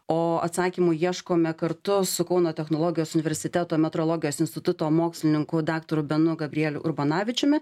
o atsakymų ieškome kartu su kauno technologijos universiteto metrologijos instituto mokslininku daktaru benu gabrieliu urbonavičiumi